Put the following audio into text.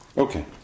Okay